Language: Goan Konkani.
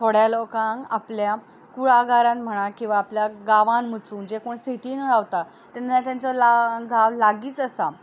थोड्या लोकांक आपल्या कुळागरांत म्हणा किंवां आपल्या गांवांत वचून जे कोण सिटीन रावता तेन्ना तांचो गांव लागींच आसता